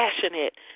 passionate